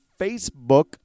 Facebook